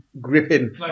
Gripping